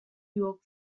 york